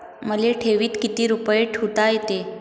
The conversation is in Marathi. मले ठेवीत किती रुपये ठुता येते?